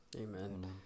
Amen